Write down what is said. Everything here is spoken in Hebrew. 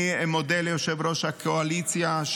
אני מודה ליושב-ראש הקואליציה,